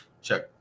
Check